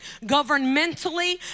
governmentally